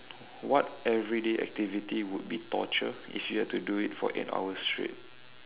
what everyday activity would be torture if you have to do it eight hours straight